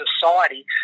society